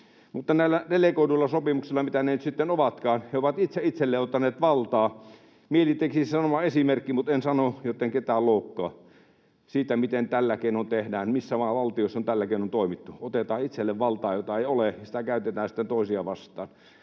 Mutta näillä delegoiduilla sopimuksilla, mitä ne nyt sitten ovatkaan, he ovat itse itselleen ottaneet valtaa. Mieli tekisi sanoa esimerkki — mutta en sano, jotten ketään loukkaa — siitä, mitä tällä keinoin tehdään, missä valtiossa on tällä keinoin toimittu: otetaan itselle valtaa, jota ei ole, ja sitä käytetään sitten toisia vastaan.